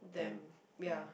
them ya